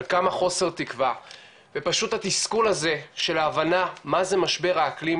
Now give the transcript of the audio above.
על כמה חוסר תקווה ופשוט התסכול הזה של ההבנה מה זה משבר האקלים,